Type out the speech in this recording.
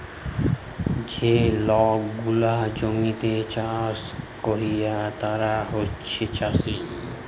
যে লক গুলা জমিতে চাষ ক্যরে তারা হছে চাষী